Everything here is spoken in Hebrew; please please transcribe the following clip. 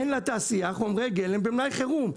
אין לתעשייה חומרי גלם במלאי חירום,